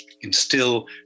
instill